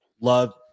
love